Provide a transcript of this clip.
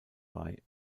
bei